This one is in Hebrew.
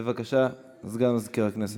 בבקשה, סגן מזכירת הכנסת.